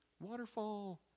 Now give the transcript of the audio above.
waterfall